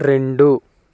రెండు